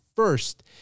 first